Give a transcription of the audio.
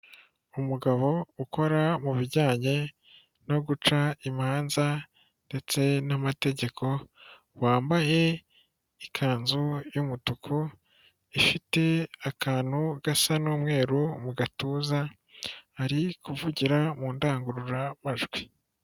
Umugabo ukora mu bijyanye no guca imanza ndetse n'amategeko, wambaye ikanzu y'umutuku ifite akantu gasa n'umweru mu gatuza, ari kuvugira mu ndangururamajwi.